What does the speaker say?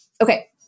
okay